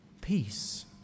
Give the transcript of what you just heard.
peace